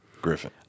Griffin